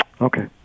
Okay